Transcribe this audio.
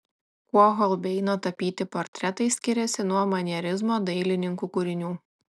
kuo holbeino tapyti portretai skiriasi nuo manierizmo dailininkų kūrinių